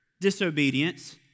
disobedience